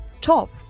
top